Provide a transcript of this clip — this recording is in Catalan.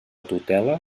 tutela